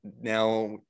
now